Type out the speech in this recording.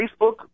Facebook